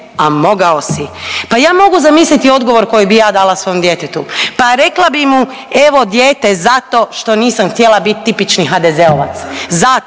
a mogao si. Pa ja mogu zamisliti odgovor koji bi ja dala svom djetetu, pa rekla bi mu evo dijete zato što nisam htjela biti tipični HDZ-ovac, zato